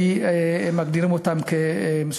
כי הם מגדירים אותם כמסוכנים.